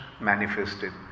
manifested